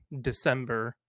december